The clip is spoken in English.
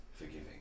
Forgiving